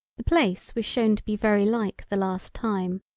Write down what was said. the place was shown to be very like the last time.